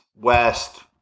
West